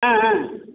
ஆ ஆ